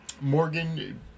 Morgan